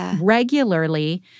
regularly